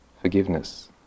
forgiveness